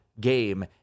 game